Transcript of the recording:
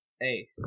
hey